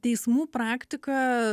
teismų praktika